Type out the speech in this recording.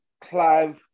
clive